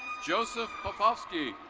joseph poposky.